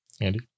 Andy